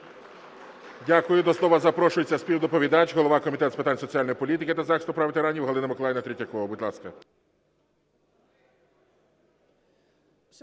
Дякую. До слова запрошується співдоповідач – голова Комітету з питань соціальної політики та захисту прав ветеранів Галина Миколаївна Третьякова. Будь ласка.